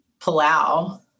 Palau